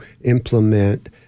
implement